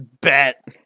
Bet